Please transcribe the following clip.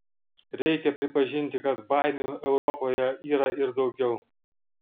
reikia pripažinti kad baimių europoje yra ir daugiau